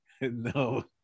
No